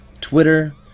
Twitter